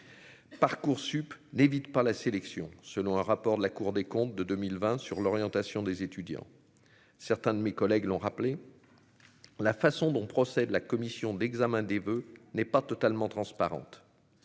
Parcoursup n'évite pas la sélection selon un rapport de la Cour des comptes de 2020 sur l'orientation des étudiants, certains de mes collègues l'ont rappelé la façon dont procèdent, la commission d'examen des voeux n'est pas totalement transparente